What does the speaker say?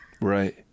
Right